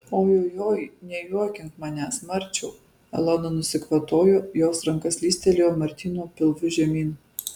ojojoi nejuokink manęs marčiau elona nusikvatojo jos ranka slystelėjo martyno pilvu žemyn